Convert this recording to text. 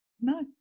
No